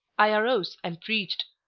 i arose and preached.